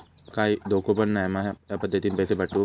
काय धोको पन नाय मा ह्या पद्धतीनं पैसे पाठउक?